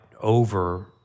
over